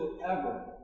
forever